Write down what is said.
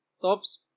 Tops